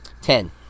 Ten